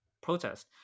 protest